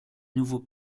nouveau